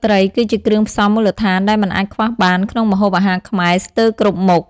ទឹកត្រី គឺជាគ្រឿងផ្សំមូលដ្ឋានដែលមិនអាចខ្វះបានក្នុងម្ហូបអាហារខ្មែរស្ទើរគ្រប់មុខ។